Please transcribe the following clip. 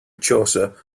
chaucer